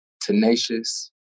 Tenacious